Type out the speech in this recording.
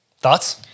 Thoughts